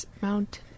mount